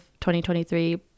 2023